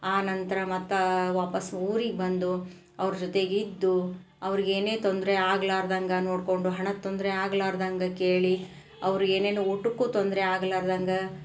ಅನಂತರ ಮತ್ತೆ ವಾಪಾಸ್ಸು ಊರಿಗೆ ಬಂದು ಅವ್ರು ಜೊತೆಗಿದ್ದು ಅವ್ರ್ಗೆ ಏನೇ ತೊಂದರೆ ಆಗ್ಲಾರ್ದಂಗೆ ನೋಡಿಕೊಂಡು ಹಣದ ತೊಂದರೆ ಆಗ್ಲಾರ್ದಂಗೆ ಕೇಳಿ ಅವ್ರು ಏನೇನು ಊಟಕ್ಕು ತೊಂದರೆ ಆಗ್ಲಾರ್ದಂಗೆ